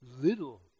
Little